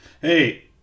Hey